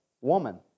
woman